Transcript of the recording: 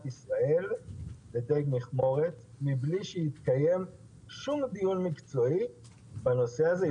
ישראל לדיג מכמורת מבלי שהתקיים שום דיון מקצועי בנושא הזה.